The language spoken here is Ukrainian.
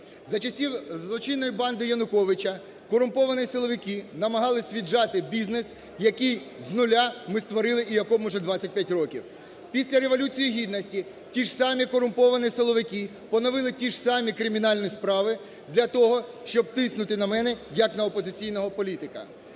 За часів злочинної банди Януковича корумповані силовики намагалися віджати бізнес, який з нуля ми створили і якому вже 25 років. Після Революції Гідності ті ж самі корумповані силовики поновили ті ж самі кримінальні справи для того, щоб тиснути на мене як на опозиційного політика.